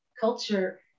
culture